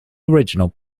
original